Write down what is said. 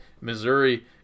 Missouri